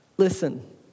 listen